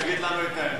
תגיד לנו את האמת.